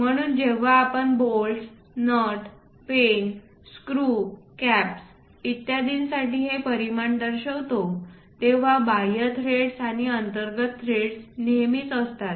म्हणून जेव्हा आपण bolts nut pen screw caps इत्यादींसाठी हे परिमाण दर्शवितो तेव्हा बाह्य थ्रेड्स आणि अंतर्गत थ्रेड्स नेहमीच असतात